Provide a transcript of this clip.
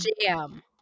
jam